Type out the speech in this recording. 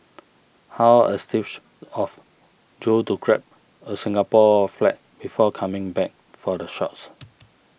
how astute of Joe to grab a Singapore flag before coming back for the shots